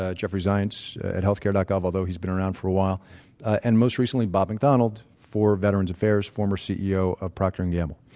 ah jeffrey zients at healthcare like gov although he's been around for a while and most recently bob mcdonald for veterans affairs, former ceo of procter and gamble.